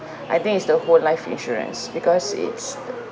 I think it's the whole life insurance because it's